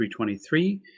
323